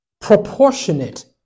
proportionate